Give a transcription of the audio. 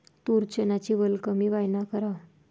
तूर, चन्याची वल कमी कायनं कराव?